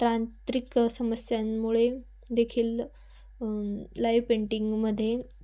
तांत्रिक समस्यांमुळे देखील लाईव पेंटिंगमध्ये